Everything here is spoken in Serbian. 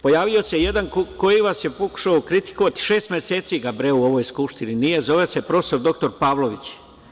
Pojavio se jedan koji vas je pokušao kritikovati, šest meseci ga u ovoj Skupštini, zove se prof. dr Pavlović.